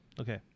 Okay